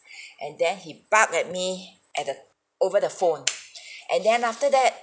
and then he bark at me at the over the phone and then after that